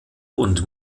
und